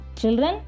Children